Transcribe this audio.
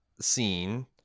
scene